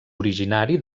originari